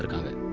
of it